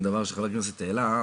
דבר שחבר הכנסת העלה,